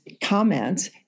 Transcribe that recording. comments